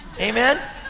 amen